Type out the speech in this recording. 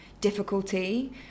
difficulty